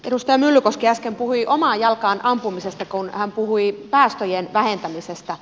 edustaja myllykoski äsken puhui omaan jalkaan ampumisesta kun hän puhui päästöjen vähentämisestä